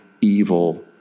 evil